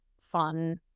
fun